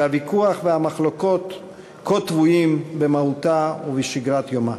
שהוויכוח והמחלוקות כה טבועים במהותה ובשגרת יומה,